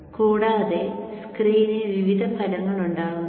കൂടാതെ സ്ക്രീനിൽ വിവിധ ഫലങ്ങൾ ഉണ്ടാകുന്നു